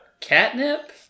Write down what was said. Catnip